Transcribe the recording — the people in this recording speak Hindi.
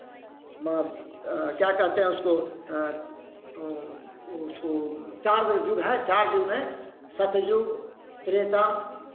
स्म क्या कहते हैं उसको उसको चार गो युग है चार युग में सतजुग त्रेता